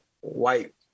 white